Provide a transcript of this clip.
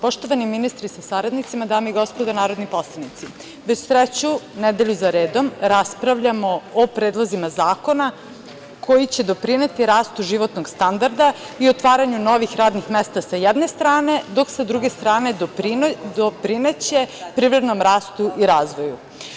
Poštovani ministre sa saradnicima, dame i gospodo narodni poslanici, već treću nedelju za redom raspravljamo o predlozima zakona koji će doprineti rastu životnog standarda i otvaranju novih radnih mesta sa jedne strane, dok sa druge strane, doprineće privrednom rastu i razvoju.